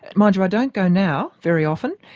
mind you, i don't go now very often.